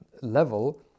level